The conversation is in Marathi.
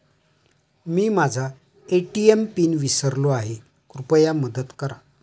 मी माझा ए.टी.एम पिन विसरलो आहे, कृपया मदत करा